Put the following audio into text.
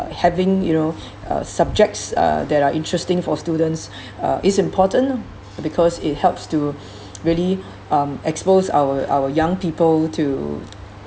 having you know uh subjects uh that are interesting for students uh is important because it helps to really um expose our our young people to